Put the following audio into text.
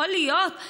יכול להיות,